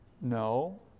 No